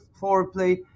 foreplay